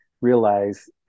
realize